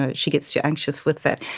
ah she gets too anxious with that.